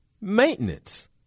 maintenance